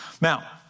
Now